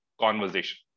conversation